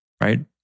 right